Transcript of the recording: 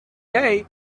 day